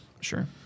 Sure